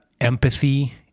empathy